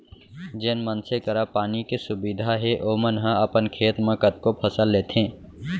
जेन मनसे करा पानी के सुबिधा हे ओमन ह अपन खेत म कतको फसल लेथें